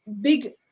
big